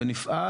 ונפעל